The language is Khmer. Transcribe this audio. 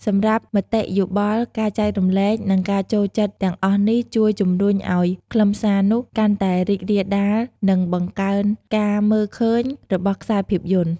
សម្រាប់មតិយោបល់ ការចែករំលែក និងការចូលចិត្តទាំងអស់នេះជួយជំរុញឱ្យខ្លឹមសារនោះកាន់តែរីករាលដាល និងបង្កើនការមើលឃើញ របស់ខ្សែភាពយន្ត។